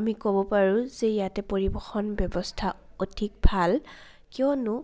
আমি ক'ব পাৰোঁ যে ইয়াতে পৰিবহণ ব্যৱস্থা অতি ভাল কিয়নো